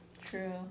True